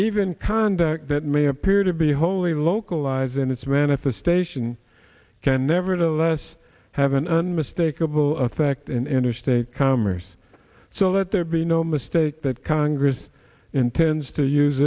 even conduct that may appear to be wholly localise in its manifestation can nevertheless have an unmistakable effect an interstate commerce so let there be no mistake that congress intends to use